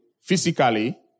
physically